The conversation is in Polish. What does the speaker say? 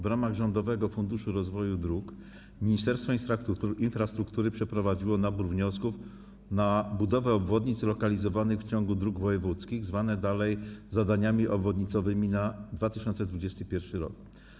W ramach Rządowego Funduszu Rozwoju Dróg Ministerstwo Infrastruktury przeprowadziło nabór wniosków na budowę obwodnic lokalizowanych w ciągach dróg wojewódzkich, zwanych dalej zadaniami obwodnicowymi, na 2021 r.